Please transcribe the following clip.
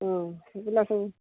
ହଁ ପିଲାସବୁ